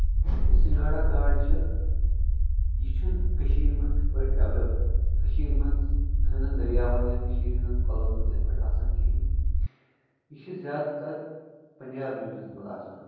سِگاڑا گاڈٕ چھِ یہِ چھُنہٕ کٔشیٖر منٛز یِتھ پٲٹھۍ ایولیبٔل کٔشیٖر منٛز ۂنزَن دریاون یا کٔشیٖر ۂنزَن کۄلن منٛز یتھ پٲٹھۍ آسان کِہینۍ یہِ چھُ زیادٕ تر پَنجاب رِجنَس مںز آسان